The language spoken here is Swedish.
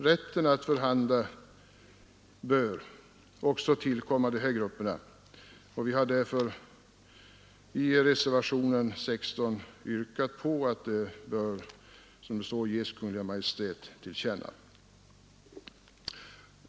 Rätten att förhandla bör också tillkomma de här grupperna, och vi har därför i reservationen XVI yrkat att det vi anfört, som det står, ges Kungl. Maj:t till känna.